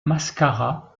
mascara